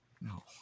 No